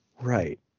Right